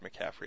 McCaffrey